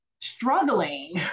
struggling